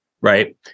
right